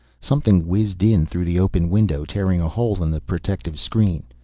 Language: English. something whizzed in through the open window, tearing a hole in the protective screen.